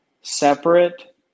separate